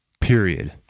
period